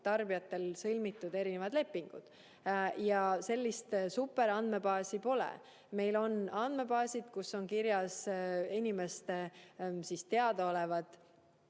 tarbijatel on sõlmitud lepingud. Mingit superandmebaasi pole. Meil on andmebaasid, kus on kirjas inimeste teadaolevad